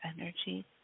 energy